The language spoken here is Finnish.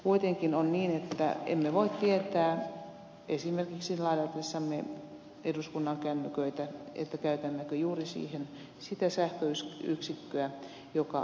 kuitenkin on niin että emme voi tietää esimerkiksi ladatessamme eduskunnan kännyköitä käytämmekö juuri siihen sitä sähköyksikköä joka on tuotettu tuulivoimalla